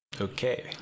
Okay